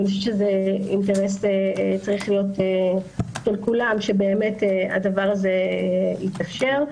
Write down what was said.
אני חושבת שזה אינטרס שצריך להיות של כולם שבאמת הדבר הזה יתאפשר.